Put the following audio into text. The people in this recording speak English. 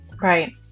Right